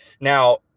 Now